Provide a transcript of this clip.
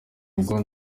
ubwo